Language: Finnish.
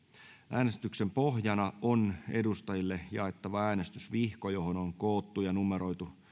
äänestyksen pohjana on edustajille jaettava äänestysvihko johon on koottu ja numeroitu